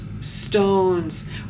stones